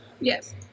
Yes